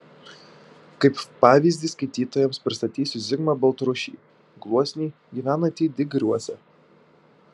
kaip pavyzdį skaitytojams pristatysiu zigmą baltrušį gluosnį gyvenantį digriuose